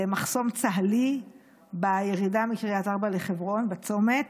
למחסום צה"לי בירידה מקריית ארבע לחברון, בצומת,